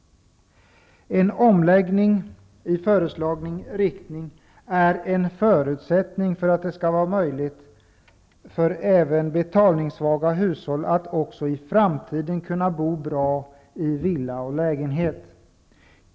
En omläggning i förslagens riktning är en förutsättning för att det skall vara möjligt även för betalningssvaga hushåll att också i framtiden kunna bo bra i villa eller lägenhet.